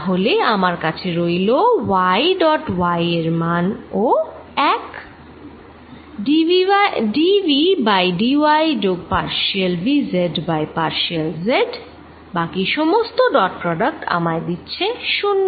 তাহলে আমার কাছে রইল y ডট y যার মান ও এক d v by d y যোগ partial v z by partial z বাকি সমস্ত ডট প্রোডাক্ট আমায় দিচ্ছে 0